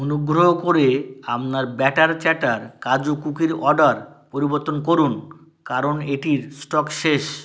অনুগ্রহ করে আপনার ব্যাটার চ্যাটার কাজু কুকির অর্ডার পরিবর্তন করুন কারণ এটির স্টক শেষ